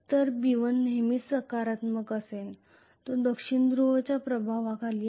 तर B1 नेहमीच सकारात्मक असेल जो दक्षिण ध्रुवच्या प्रभावाखाली आहे